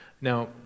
now